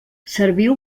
serviu